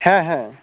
ᱦᱮᱸ ᱦᱮᱸ